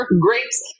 grapes